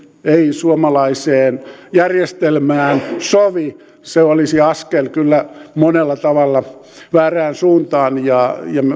suomalaiseen järjestelmään se kyllä olisi askel monella tavalla väärään suuntaan ja